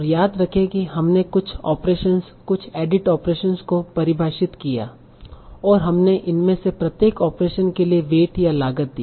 और याद रखें कि हमने कुछ ऑपरेशन कुछ एडिट ऑपरेशंस को परिभाषित किया और हमने इनमें से प्रत्येक ऑपरेशन के लिए वेट या लागत दिया